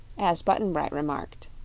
as button-bright remarked.